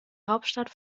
hauptstadt